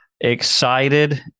excited